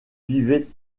vivaient